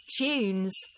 tunes